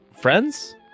friends